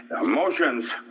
Emotions